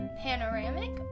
Panoramic